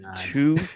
Two